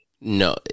no